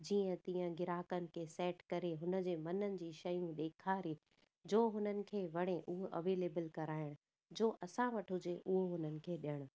जीअं तीअं ग्राहकनि खे सैट करे हुनजे मन जी शयूं ॾेखारे जो उन्हनि खे वणे उहे अवेलेबल कराइण जो असां वटि हुजे उहो उन्हनि खे ॾियणु